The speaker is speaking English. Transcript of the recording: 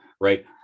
right